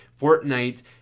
Fortnite